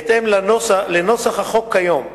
בהתאם לנוסח החוק כיום.